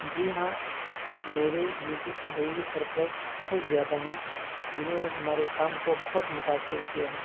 جی ہاں میرے یوں تو تحریری سرپرست بہت زیادہ ہیں جنہوں نے ہمارے کام کو بہت متأثر کیا ہے